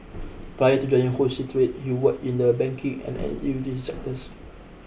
prior to joining wholesale trade he worked in the banking and energy utilities sectors